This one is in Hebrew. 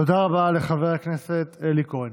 תודה רבה לחבר הכנסת אלי כהן.